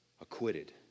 acquitted